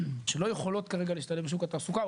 שלא יכולות כרגע להשתלב בשוק התעסוקה או